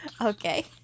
Okay